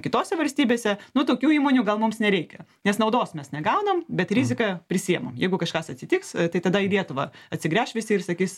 kitose valstybėse nu tokių įmonių gal mums nereikia nes naudos mes negaunam bet riziką prisiimam jeigu kažkas atsitiks tai tada į lietuvą atsigręš visi ir sakys